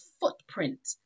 footprint